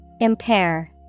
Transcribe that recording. Impair